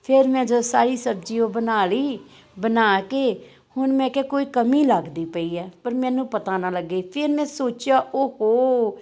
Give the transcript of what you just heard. ਫਿਰ ਮੈਂ ਜਦੋਂ ਸਾਰੀ ਸਬਜ਼ੀ ਉਹ ਬਣਾ ਲਈ ਬਣਾ ਕੇ ਹੁਣ ਮੈਂ ਕਿਹਾ ਕੋਈ ਕਮੀ ਲੱਗਦੀ ਪਈ ਹੈ ਪਰ ਮੈਨੂੰ ਪਤਾ ਨਾ ਲੱਗੇ ਫਿਰ ਮੈਂ ਸੋਚਿਆ ਉਹ ਹੋ